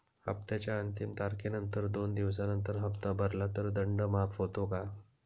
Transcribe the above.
हप्त्याच्या अंतिम तारखेनंतर दोन दिवसानंतर हप्ता भरला तर दंड माफ होतो का?